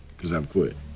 because i've quit.